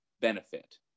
benefit